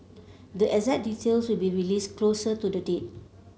the exact details will be released closer to the date